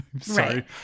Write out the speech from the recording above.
Sorry